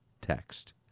text